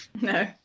No